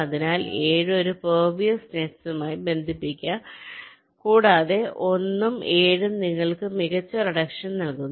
അതിനാൽ 7 ഒരു പെർവിയസ് നെറ്റ്സുമായി ലയിപ്പിക്കാം കൂടാതെ 1 ഉം 7 ഉം നിങ്ങൾക്ക് മികച്ച റിഡക്ഷൻ നൽകുന്നു